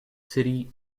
city